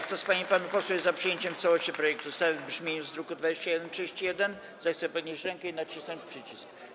Kto z pań i panów posłów jest za przyjęciem w całości projektu ustawy w brzmieniu z druku nr 2131, zechce podnieść rękę i nacisnąć przycisk.